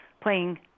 playing